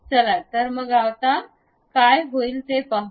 चला तर मग आता काय होईल ते पाहूया